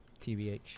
TBH